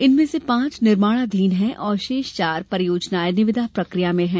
इनमें से पांचे निर्माणाधीन हैं और शेष चार परियोजनाए निविदा प्रकिया में हैं